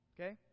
Okay